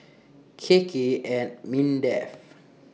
K K and Mindef